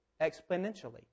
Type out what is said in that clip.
exponentially